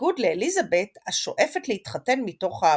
בניגוד לאליזבת השואפת להתחתן מתוך אהבה.